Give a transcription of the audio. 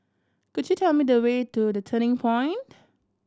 could you tell me the way to The Turning Point